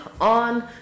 on